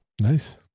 Nice